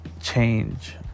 change